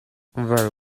very